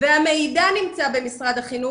את אלה שנמצאים בלי בית,